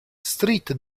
street